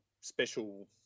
special